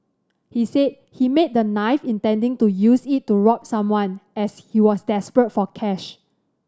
he said he made the knife intending to use it to rob someone as he was desperate for cash